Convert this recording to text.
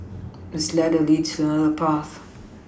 this ladder leads to a path